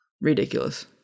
ridiculous